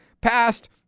passed